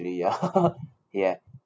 ya ya